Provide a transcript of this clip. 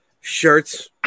Shirts